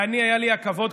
והיה לי הכבוד,